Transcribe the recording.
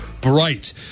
Bright